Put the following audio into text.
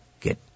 get